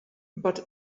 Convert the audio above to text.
but